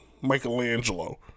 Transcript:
Michelangelo